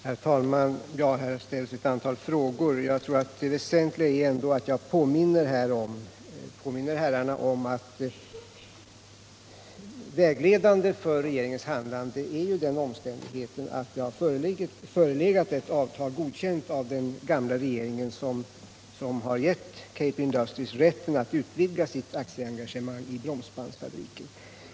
Herr talman! Det har ställts ett antal frågor till mig. Jag tror att det väsentliga ändå är att jag påminner herrarna om att vägledande för regeringens handlande är den omständigheten att det förelegat ett avtal, godkänt av den gamla regeringen, som gett Cape Industries rätten att utvidga sitt aktieengagemang i Bromsbandsfabriken.